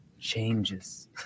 changes